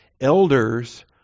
elders